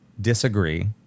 disagree